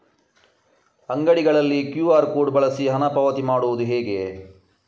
ಅಂಗಡಿಗಳಲ್ಲಿ QR code ಬಳಸಿ ಹಣ ಪಾವತಿ ಮಾಡೋದು ಹೇಗೆ?